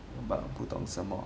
but 我不懂什么